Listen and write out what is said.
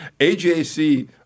AJC